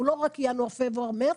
הוא לא רק ינואר, פברואר, מרץ.